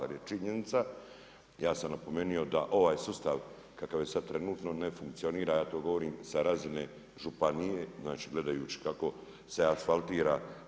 Ali je činjenica, ja sam napomenuo da ovaj sustav kakav je sada trenutno ne funkcionira, to govorim sa razine županije znači gledajući kako se asfaltira.